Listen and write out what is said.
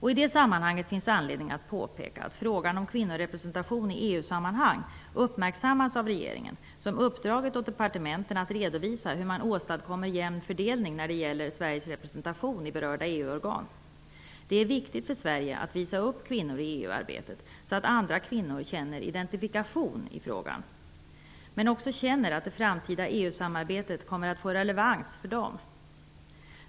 Här finns det anledning påpeka att frågan om kvinnorepresentation i EU-sammanhang uppmärksammats av regeringen, som uppdragit åt departementen att redovisa hur man åstadkommer jämn fördelning när det gäller Sveriges representation i berörda EU-organ. Det är viktigt för Sverige att visa upp kvinnor i EU arbetet, så att andra kvinnor känner identifikation i frågan men också känner att det framtida EU samarbetet kommer att få relevans för dem.